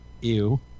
Ew